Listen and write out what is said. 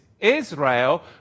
Israel